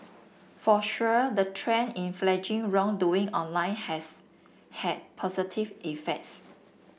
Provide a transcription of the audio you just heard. for sure the trend in flagging wrongdoing online has had positive effects